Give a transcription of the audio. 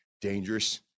dangerous